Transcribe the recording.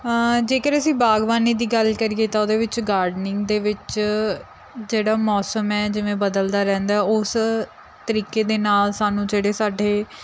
ਹਾਂ ਜੇਕਰ ਅਸੀਂ ਬਾਗਬਾਨੀ ਦੀ ਗੱਲ ਕਰੀਏ ਤਾਂ ਉਹਦੇ ਵਿੱਚ ਗਾਰਡਨਿੰਗ ਦੇ ਵਿੱਚ ਜਿਹੜਾ ਮੌਸਮ ਹੈ ਜਿਵੇਂ ਬਦਲਦਾ ਰਹਿੰਦਾ ਉਸ ਤਰੀਕੇ ਦੇ ਨਾਲ ਸਾਨੂੰ ਜਿਹੜੇ ਸਾਡੇ